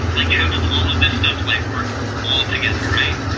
like, how does all of this stuff like work all together? right?